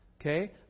Okay